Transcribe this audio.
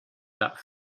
that